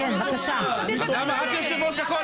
למה את לא מחליטה?